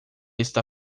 está